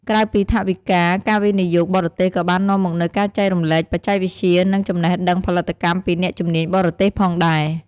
ក្រៅពីថវិកា ការវិនិយោគបរទេសក៏បាននាំមកនូវការចែករំលែកបច្ចេកវិទ្យា និងចំណេះដឹងផលិតកម្មពីអ្នកជំនាញបរទេសផងដែរ។